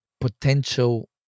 potential